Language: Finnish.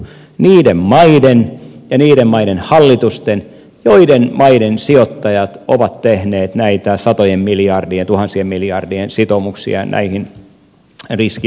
niiden maiden ja niiden maiden hallitusten joiden maiden sijoittajat ovat tehneet näitä satojen ja tuhansien miljardien sitoumuksia riskimaihin